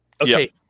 okay